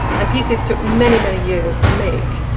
and pieces took many many years to make.